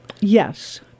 Yes